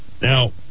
Now